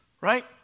right